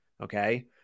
Okay